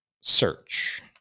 Search